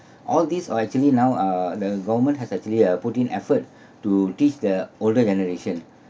all these or actually now uh the government has actually uh put in effort to teach the older generation